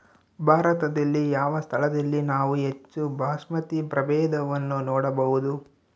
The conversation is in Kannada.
ಭಾರತದಲ್ಲಿ ಯಾವ ಸ್ಥಳದಲ್ಲಿ ನಾವು ಹೆಚ್ಚು ಬಾಸ್ಮತಿ ಪ್ರಭೇದವನ್ನು ನೋಡಬಹುದು?